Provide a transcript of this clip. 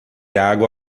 água